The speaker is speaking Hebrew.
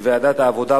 לוועדת העבודה,